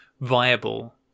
viable